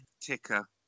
ticker